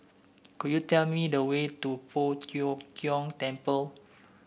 could you tell me the way to Poh Tiong Kiong Temple